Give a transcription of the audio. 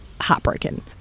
heartbroken